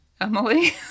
Emily